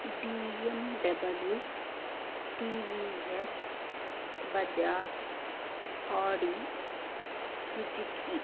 BMW TVS Bajaj Audi Suzuki